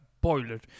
boiler